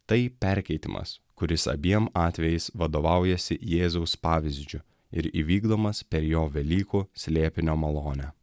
tai perkeitimas kuris abiem atvejais vadovaujasi jėzaus pavyzdžiu ir įvykdomas per jo velykų slėpinio malonę